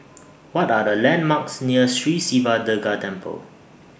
What Are The landmarks near Sri Siva Durga Temple